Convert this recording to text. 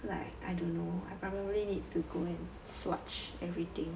like I don't know I probably need to go and swatch everything